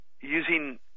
using